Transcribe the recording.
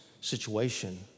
situation